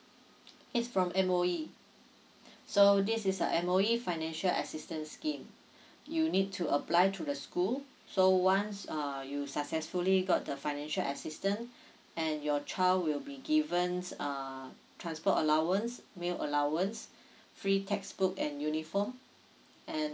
it's from M_O_E so this is a M_O_E financial assistance scheme you need to apply through the school so once uh you successfully got the financial assistance and your child will be given uh transport allowance meal allowance free textbook and uniform and